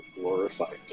glorified